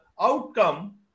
outcome